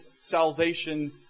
salvation